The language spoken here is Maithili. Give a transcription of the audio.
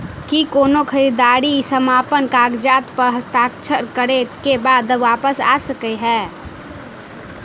की कोनो खरीददारी समापन कागजात प हस्ताक्षर करे केँ बाद वापस आ सकै है?